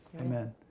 Amen